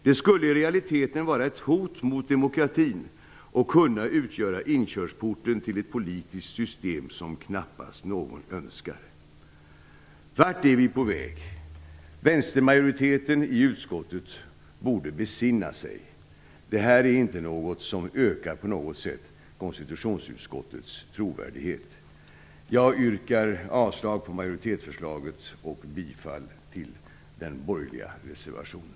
Det skulle i realiteten vara ett hot mot demokratin och kunna utgöra inkörsporten till ett politiskt system som knappast någon önskar." Vart är vi på väg? Vänstermajoriteten i utskottet borde besinna sig. Det här ökar inte på något sätt konstitutionsutskottets trovärdighet. Jag yrkar avslag på majoritetsförslaget och bifall till den borgerliga reservationen.